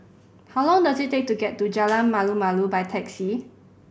how long does it take to get to Jalan Malu Malu by taxi